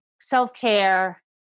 self-care